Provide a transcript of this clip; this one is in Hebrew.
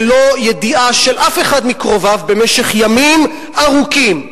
בלא ידיעה של אף אחד מקרוביו במשך ימים ארוכים,